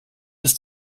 ist